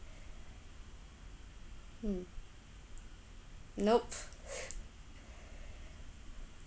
mm nope